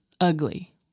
ugly